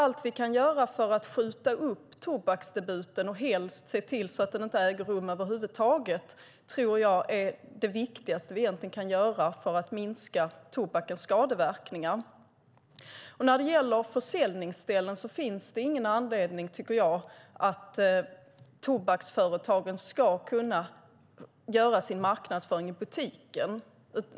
Allt vi kan göra för att skjuta upp tobaksdebuten och helst se till att den inte äger rum över huvud taget tror jag är det viktigaste för att minska tobakens skadeverkningar. När det gäller försäljningsställen finns det ingen anledning, tycker jag, till att tobaksföretagen ska kunna göra sin marknadsföring i butiken.